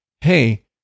hey